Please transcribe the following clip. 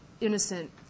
innocent